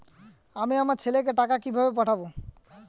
আমি আমার ছেলেকে টাকা কিভাবে পাঠাব?